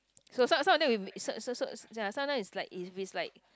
so some some of them some of them is like if is like